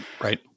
right